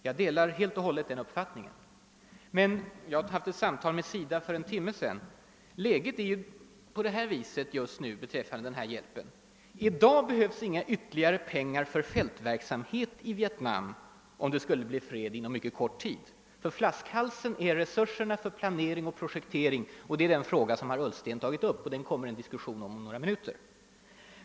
Jag delar helt den uppfattningen. Men jag har haft ett samtal med SIDA för en timme sedan och då fått veta, att läget beträffande denna hjälp är att det i dag inte behövs några ytterligare pengar för fältverksamhet, om det skulle bli fred inom mycket kort tid. Flaskhalsen är nämligen resurserna för planering och projektering. Den frågan har herr Ullsten tagit upp och den kommer att diskuteras om en liten stund.